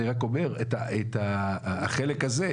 אני רק אומר את החלק הזה,